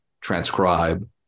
transcribe